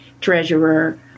treasurer